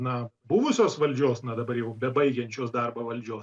na buvusios valdžios na dabar jau bebaigiančios darbą valdžios